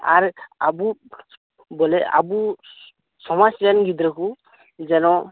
ᱟᱨ ᱟᱵᱚ ᱵᱚᱞᱮ ᱟᱵᱚ ᱥᱚᱢᱟᱡᱽ ᱨᱮᱱ ᱜᱤᱫᱽᱨᱟᱹ ᱠᱚ ᱡᱮᱱᱚ